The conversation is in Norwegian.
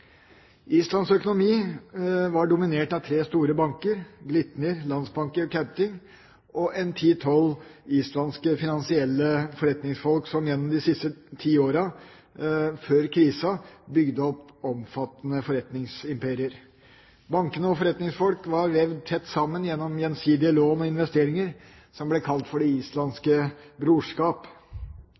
Islands økonomi var dominert av tre store banker, Glitnir, Landsbanki og Kaupthing og 10–12 islandske finansielle forretningsfolk som gjennom de siste ti årene før krisen bygde opp omfattende forretningsimperier. Bankene og forretningsfolkene var vevd tett sammen gjennom gjensidige lån og investeringer, som ble kalt for det islandske brorskap.